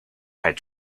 had